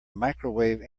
microwave